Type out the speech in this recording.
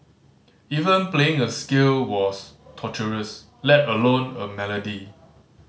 even playing a scale was torturous let alone a melody